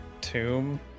tomb